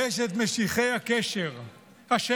יש את משיחי השקר,